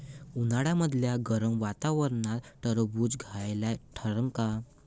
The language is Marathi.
उन्हाळ्यामदल्या गरम वातावरनात टरबुज फायद्याचं ठरन का?